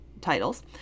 titles